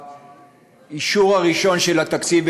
באישור הראשון של התקציב,